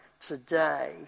today